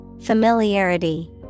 Familiarity